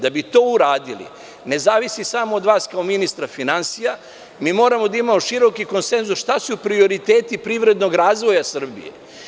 Da bi to uradili ne zavisi samo od vas kao ministra finansija, mi moramo da imamo široki konsenzus šta su prioriteti privrednog razvoja Srbije.